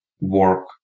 work